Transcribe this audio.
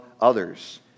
others